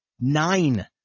Nine